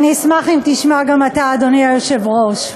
אשמח אם תשמע גם אתה, אדוני היושב-ראש.